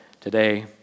today